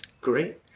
Great